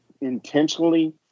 intentionally